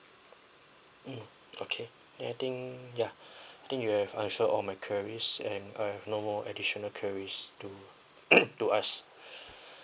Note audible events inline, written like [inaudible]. um okay anything ya I think you have answered all my queries and I have no more additional queries to [coughs] to ask